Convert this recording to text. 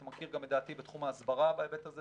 אתה מכיר גם את דעתי בתחום ההסברה בהיבט הזה,